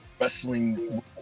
wrestling